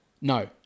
No